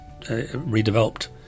redeveloped